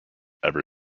ever